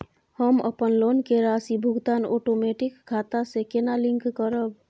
हम अपन लोन के राशि भुगतान ओटोमेटिक खाता से केना लिंक करब?